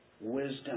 Wisdom